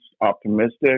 optimistic